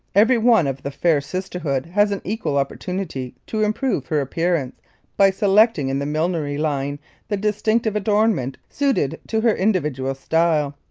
every one of the fair sisterhood has an equal opportunity to improve her appearance by selecting in the millinery line the distinctive adornment suited to her individual style.